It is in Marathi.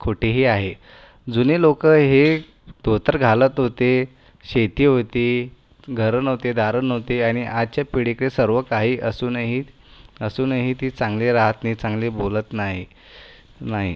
खोटीही आहेत जुने लोक हे धोतर घालत होते शेती होती घरं नव्हती दारं नव्हती आणि आजच्या पिढीकडे सर्व काही असूनही असूनही ते चांगले राहत नाहीत चांगले बोलत नाहीत नाहीत